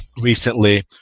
recently